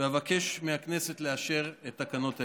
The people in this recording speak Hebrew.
אבקש מהכנסת לאשר את התקנות האלה.